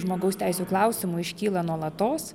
žmogaus teisių klausimų iškyla nuolatos